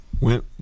went